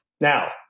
Now